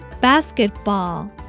Basketball